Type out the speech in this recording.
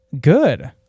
good